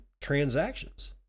Transactions